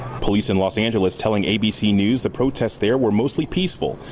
police in los angeles telling abc news, the protests, there were mostly peaceful.